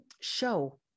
show